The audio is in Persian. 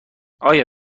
آیا